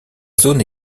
zone